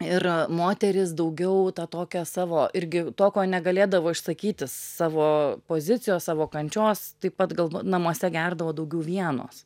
ir moteris daugiau tą tokią savo irgi to ko negalėdavo išsakyti savo pozicijos savo kančios taip pat gal namuose gerdavo daugiau vienos